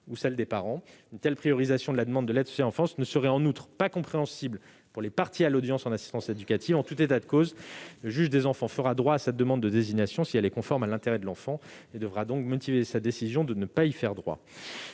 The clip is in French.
ou des parents. Une telle priorisation de la demande de l'aide sociale à l'enfance ne serait pas compréhensible, en outre, pour les parties à l'audience en assistance éducative. En tout état de cause, le juge des enfants fera droit à cette demande de désignation, si elle est conforme à l'intérêt de l'enfant, et il devra motiver sa décision de ne pas y faire droit.